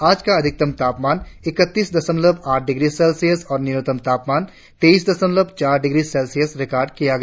आज का अधिकतम तापमान इकत्तीस दशमलव आठ डिग्री सेल्सियस और न्यूनतम तापमान तेइस दशमलव चार डिग्री सेल्सियस रिकार्ड किया गया